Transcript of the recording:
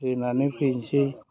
हैनानै फैनोसै